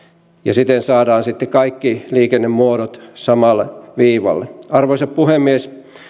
siten saadaan sitten kaikki liikennemuodot samalle viivalle arvoisa puhemies